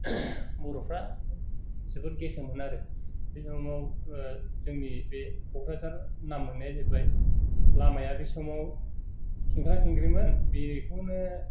बर'फ्रा जोबोद गेसेंमोन आरो बेनि उनाव जोंनि बे क'क्राझार नाम मोन्नाया जाहैबाय लामाया बे समाव खेंखा खेंख्रिमोन बेखौनो